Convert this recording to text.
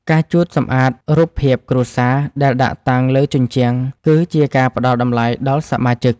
ការជូតសម្អាតរូបភាពគ្រួសារដែលដាក់តាំងលើជញ្ជាំង គឺជាការផ្តល់តម្លៃដល់សមាជិក។